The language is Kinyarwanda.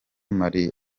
marie